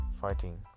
fighting